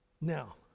Now